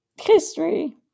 history